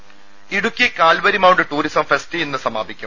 ദേദ Idukki Calvary Mount tourism fest ഇന്ന് സമാപിക്കും